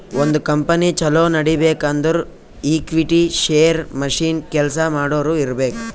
ಒಂದ್ ಕಂಪನಿ ಛಲೋ ನಡಿಬೇಕ್ ಅಂದುರ್ ಈಕ್ವಿಟಿ, ಶೇರ್, ಮಷಿನ್, ಕೆಲ್ಸಾ ಮಾಡೋರು ಇರ್ಬೇಕ್